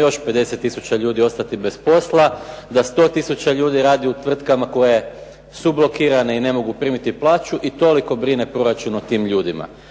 još 50 tisuća ljudi ostati bez posla, da 100 tisuća ljudi radi u tvrtkama koje su blokirane i ne mogu primiti plaću i toliko brine taj Proračun o tim ljudima.